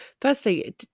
firstly